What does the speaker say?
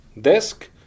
desk